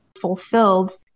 fulfilled